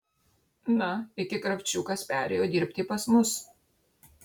na iki kravčiukas perėjo dirbti pas mus